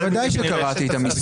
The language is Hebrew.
ודאי שקראתי את המסמך.